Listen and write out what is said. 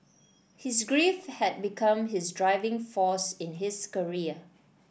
his grief had become his driving force in his career